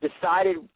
decided